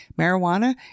marijuana